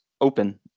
open